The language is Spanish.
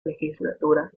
legislatura